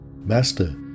master